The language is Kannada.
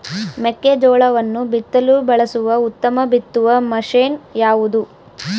ಮೆಕ್ಕೆಜೋಳವನ್ನು ಬಿತ್ತಲು ಬಳಸುವ ಉತ್ತಮ ಬಿತ್ತುವ ಮಷೇನ್ ಯಾವುದು?